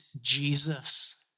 Jesus